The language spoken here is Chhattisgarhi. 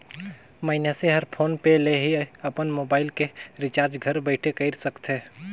मइनसे हर फोन पे ले ही अपन मुबाइल के रिचार्ज घर बइठे कएर सकथे